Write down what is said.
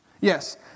Yes